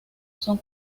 son